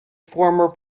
former